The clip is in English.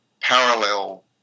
parallel